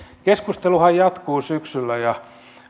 keskusteluhan jatkuu syksyllä ja